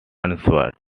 answered